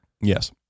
yes